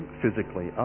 physically